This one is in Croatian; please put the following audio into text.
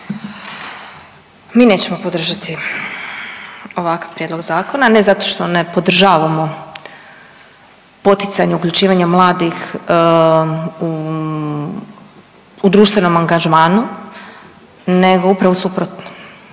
Mi nećemo podržati ovakav prijedlog zakona ne zato što ne podržavamo poticanje uključivanja mladih u društvenom angažmanu, nego upravo suprotno